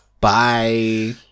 Bye